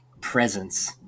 presence